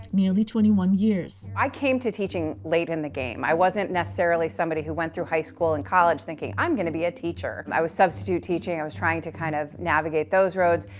nearly twenty one years. i came to teaching late in the game. i wasn't necessarily somebody who went through high school and college thinking, i'm going to be a teacher. i was substitute teaching. i was trying to kind of navigate those roads.